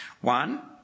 One